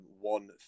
one